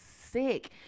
sick